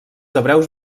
hebreus